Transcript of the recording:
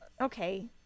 Okay